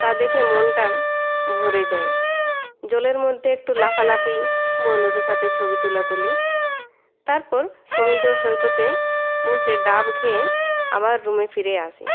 তা দেখে মনটা ভরে যায় জলের মধ্যে একটু লাফালাফি বন্ধুদের সাথে ছবি তোলাতুলি তারপর সমুদ্র সৈকতে বসে ডাব খেয়ে আবার রুমে ফিরে আসি